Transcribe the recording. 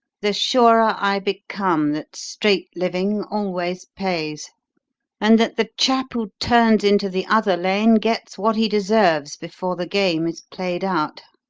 the surer i become that straight living always pays and that the chap who turns into the other lane gets what he deserves before the game is played out.